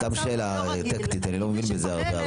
סתם שאלה טקטית, אני לא מבין בזה הרבה.